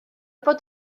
bod